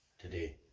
today